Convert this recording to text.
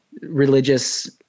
religious